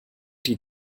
die